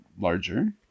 Larger